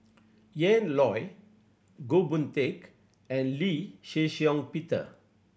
Ian Loy Goh Boon Teck and Lee Shih Shiong Peter